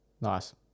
Nice